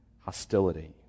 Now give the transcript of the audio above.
Hostility